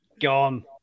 Gone